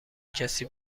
کسی